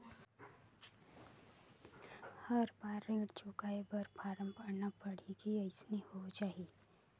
हर बार ऋण चुकाय बर फारम भरना पड़ही की अइसने हो जहीं?